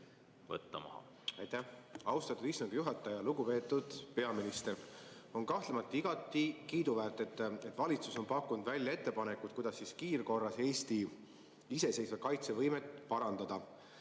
Aitäh, austatud istungi juhataja! Lugupeetud peaminister! On kahtlemata igati kiiduväärt, et valitsus on pakkunud välja ettepanekud, kuidas kiirkorras Eesti iseseisvat kaitsevõimet parandada.